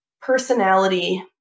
personality